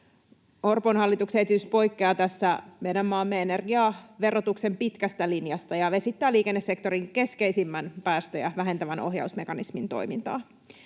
Orpon hallituksen esitys poikkeaa tässä meidän maamme energiaverotuksen pitkästä linjasta ja vesittää liikennesektorin keskeisimmän päästöjä vähentävän ohjausmekanismin toimintaa.